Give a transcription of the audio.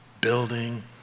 building